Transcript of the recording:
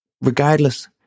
Regardless